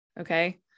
okay